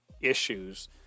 issues